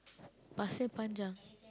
Pasir-Panjang